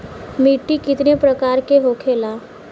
मिट्टी कितने प्रकार के होखेला?